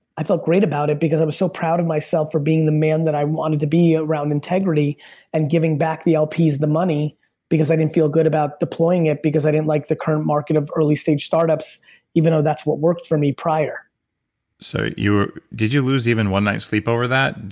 i felt great about it because i was so proud of myself for being the man i wanted to be around integrity and giving back the lps the money because i didn't feel good about deploying it because i didn't like the current market of early stage startups even though that's what worked for me prior so did you lose even one night's sleep over that?